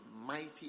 mighty